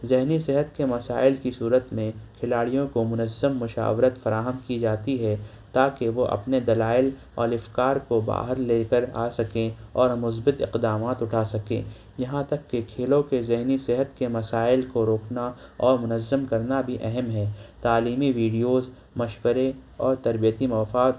ذہنی صحت کے مسائل کی صورت میں کھلاڑیوں کو منظم مشاورت فراہم کی جاتی ہے تاکہ وہ اپنے دلائل اور افکار کو باہر لے کر آ سکیں اور مثبت اقدامات اٹھا سکیں یہاں تک کہ کھیلوں کے ذہنی صحت کے مسائل کو روکنا اور منظم کرنا بھی اہم ہے تعلیمی وڈیوز مشورے اور تربیتی مفاد